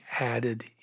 added